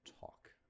talk